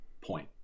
point